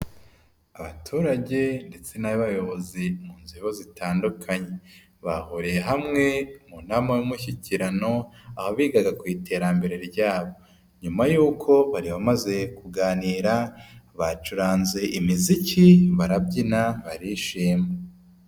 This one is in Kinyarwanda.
Abaturage ndetse n'abayobozi mu nzego zitandukanye, bahuriye hamwe mu nama y'umushyikirano aho bigaga ku iterambere ryabo, nyuma y'uko bari bamaze kuganira, bacuranze imiziki, barabyina, barishima.